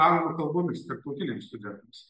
anglų kalbomis tarptautiniams studentams